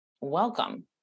welcome